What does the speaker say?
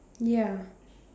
ya